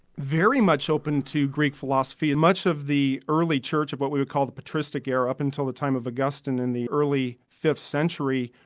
very much open to greek philosophy. and much of the early church of what we would call the patristic era, up until the time of augustine in the early fifth century,